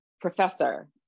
professor